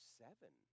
seven